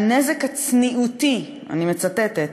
ש"הנזק הצניעותי" אני מצטטת,